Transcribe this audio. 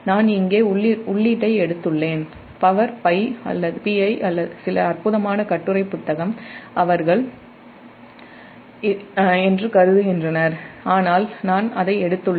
நான் இங்கே உள்ளீட்டை எடுத்துள்ளேன் பவர் Pi சில அற்புதமான கட்டுரை புத்தகம் அவர்கள் Pi என்று கருதுகின்றனர் ஆனால் நான் அதை உள்ளீட்டு சக்தி Pi எடுத்துள்ளேன்